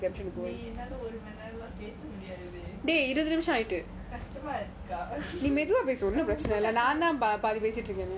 eh டேய் என்னால ஒருமனாராம் லாம் பேச முடியாது கஷ்டமா இருக்குக்கா ரொம்ப கஷ்டமா இருக்கு:dei ennala orumanaeram lam peasa mudiyathu kastama irukukaa romba kastama iruku